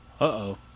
Uh-oh